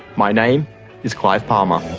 my name is clive palmer.